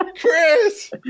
chris